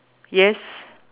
yes